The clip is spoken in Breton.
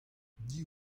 div